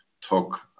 took